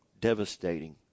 devastating